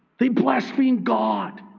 they blaspheme god.